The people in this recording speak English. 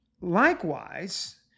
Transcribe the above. Likewise